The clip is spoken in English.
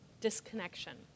disconnection